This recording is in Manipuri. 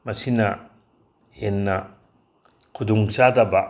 ꯃꯁꯤꯅ ꯍꯦꯟꯅ ꯈꯨꯗꯣꯡ ꯆꯥꯗꯕ